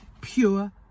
Pure